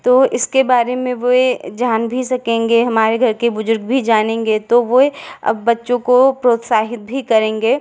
तो इसके बारे में वे जान भी सकेंगे हमारे घर के बुजुर्ग भी जानेंगे तो वे अब बच्चों को प्रोत्साहित भी करेंगे